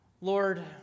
Lord